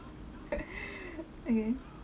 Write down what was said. okay